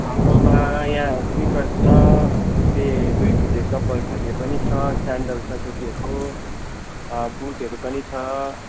हाम्रोमा यहाँ स्निकर्स छ फिते दुई फिते चप्पल खाल्के पनि छ स्यान्डल छ केटीहरूको बुटहरू पनि छ